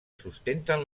sustenten